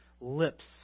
lips